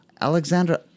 Alexandra